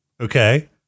Okay